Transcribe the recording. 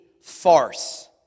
farce